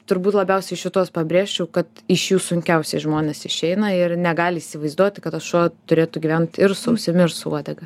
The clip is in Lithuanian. turbūt labiausiai šituos pabrėžčiau kad iš jų sunkiausiai žmonės išeina ir negali įsivaizduoti kad tas šuo turėtų gyvent ir su ausim ir su uodega